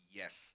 yes